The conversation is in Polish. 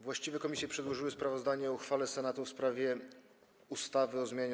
Właściwe komisje przedłożyły sprawozdanie o uchwale Senatu w sprawie ustawy o zmianie